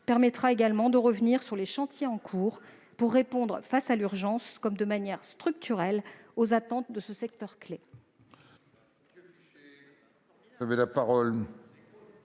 permettra également de revenir sur les chantiers en cours pour répondre à l'urgence, mais aussi, de manière structurelle, aux attentes de ce secteur clé.